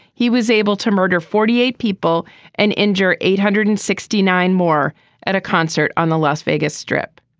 he was able to murder forty eight people and injure eight hundred and sixty nine more at a concert on the las vegas strip.